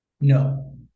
No